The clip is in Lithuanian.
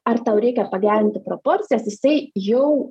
ar tau reikia pagerinti proporcijas jisai jau